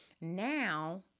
Now